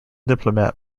diplomat